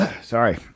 Sorry